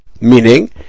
Meaning